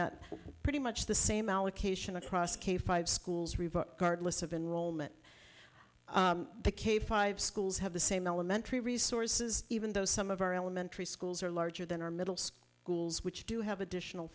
at pretty much the same allocation across k five schools report card list of enrollment the k five schools have the same elementary resources even though some of our elementary schools are larger than our middle school schools which do have additional